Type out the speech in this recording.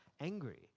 angry